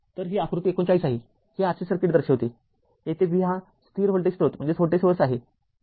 तर ही आकृती ३९ आहे ही RC सर्किट दर्शवितेजेथे V हा स्थिर व्होल्टेज स्रोत आहे